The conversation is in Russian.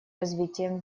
развитием